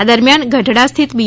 આ દરમિયાન ગઢડા સ્થિત બી